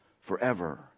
Forever